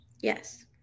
Yes